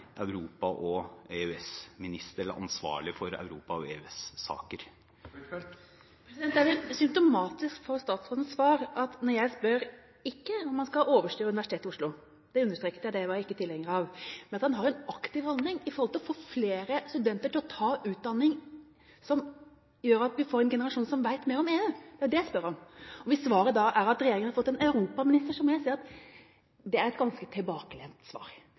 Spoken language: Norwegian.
ansvarlig for Europa- og EØS-saker. Det er symptomatisk for statsrådens svar at når jeg spør, ikke om han skal overstyre Universitetet i Oslo, det understreket jeg at jeg ikke er tilhenger av, om han har en aktiv holdning for å få flere studenter til å ta utdanning som gjør at vi får en generasjon som vet mer om EU – det er det jeg spør om – og svaret er at regjeringa har fått en europaminister, må jeg si at det er et ganske tilbakelent svar.